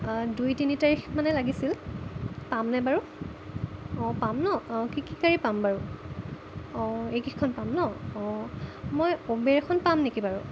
দুই তিনি তাৰিখ মানে লাগিছিল পামনে বাৰু অঁ পাম ন অঁ কি কি গাড়ী পাম বাৰু অঁ এইকেইখন পাম ন অঁ মই উবেৰ এখন পাম নেকি বাৰু